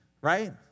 right